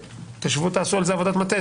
ושבו ותעשו על זה עבודת מטה.